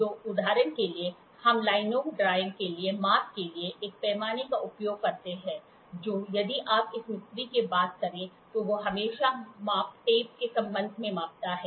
तो उदाहरण के लिए हम लाइनों ड्राइंग के लिए माप के लिए एक पैमाने का उपयोग करते हैं और यदि आप एक मिस्त्री से बात करें तो वह हमेशा माप टेप के संबंध में मापता है